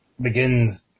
begins